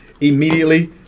immediately